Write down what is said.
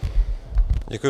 Děkuji.